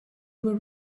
were